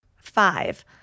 Five